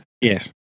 yes